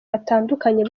batandukanye